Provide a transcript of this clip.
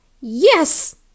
Yes